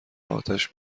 آتش